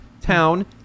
town